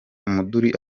umuduri